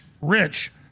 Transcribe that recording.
rich